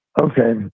Okay